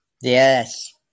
Yes